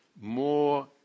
more